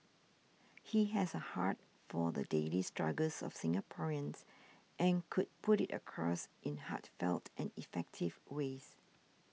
he has a heart for the daily struggles of Singaporeans and could put it across in heartfelt and effective ways